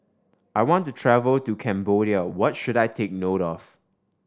I want to travel to Cambodia what should I take note of